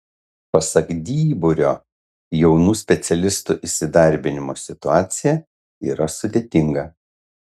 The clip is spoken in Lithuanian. pasak dyburio jaunų specialistų įsidarbinimo situacija yra sudėtinga